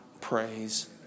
praise